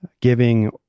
giving